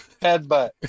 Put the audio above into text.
Headbutt